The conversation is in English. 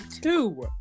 two